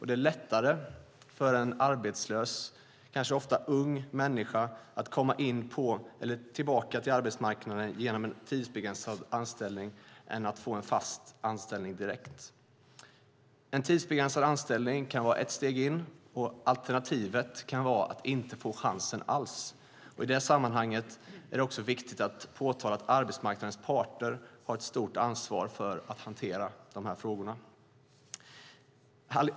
Det är lättare för en arbetslös, kanske ung, människa att komma in på eller tillbaka till arbetsmarknaden genom en tidsbegränsad anställning än att få en fast anställning direkt. En tidsbegränsad anställning kan vara ett steg in, och alternativet kan vara att inte få chansen alls. I det här sammanhanget är det viktigt att framhålla att arbetsmarknadens parter har ett stort ansvar för att hantera de här frågorna.